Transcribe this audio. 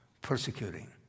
persecuting